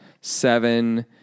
seven